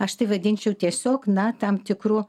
aš tai vadinčiau tiesiog na tam tikru